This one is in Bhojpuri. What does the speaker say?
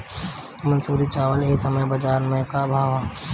मंसूरी चावल एह समय बजार में का भाव बा?